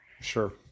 Sure